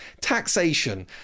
taxation